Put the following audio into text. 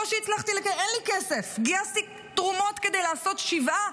אין לי כסף, גייסתי תרומות כדי לעשות שבעה,